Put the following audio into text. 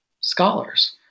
scholars